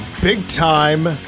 big-time